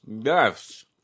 Yes